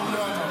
ומה הוא לא אמר.